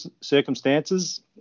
circumstances